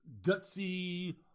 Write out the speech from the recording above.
gutsy